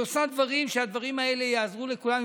היא עושה דברים שיעזרו לכולם.